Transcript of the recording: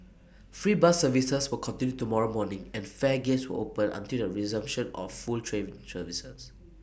free bus services will continue tomorrow morning and fare gates will open until the resumption of full train services